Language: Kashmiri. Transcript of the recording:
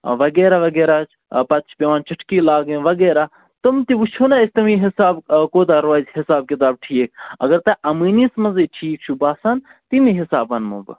وغیرہ وغیرہ حظ پَتہٕ چھِ پٮ۪وان چُٹھکِنۍ لاگٕنۍ وغیرہ تِم تہِ وٕچھو نہ أسۍ تَمی حِسابہٕ کوٗتاہ روزِ حِساب کِتاب ٹھیٖک اَگر تۄہہِ اَمٲنِیَس منٛزٕے ٹھیٖک چھُو باسان تَمی حِسابہٕ وَنو بہٕ